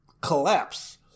collapse